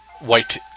White